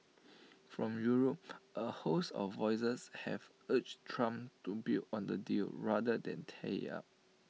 from Europe A host of voices have urged Trump to build on the deal rather than tear IT up